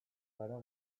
gara